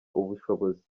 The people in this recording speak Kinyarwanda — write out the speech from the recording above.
ubushobozi